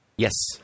Yes